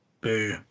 Boo